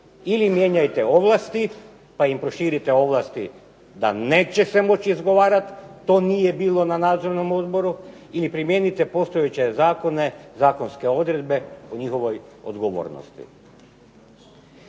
Ili mijenjajte ovlasti pa im proširite ovlasti da neće se moći izgovarati to nije bilo na nadzornom odboru ili primijenite postojeće zakone, zakonske odredbe u njihovoj odgovornosti.